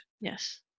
Yes